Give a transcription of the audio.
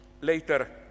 later